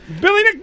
Billy